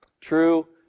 True